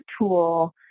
tool